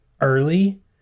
early